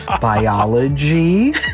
biology